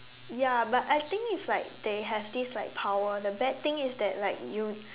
ya but I think it's like they have this like power the bad thing is that like you